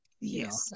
Yes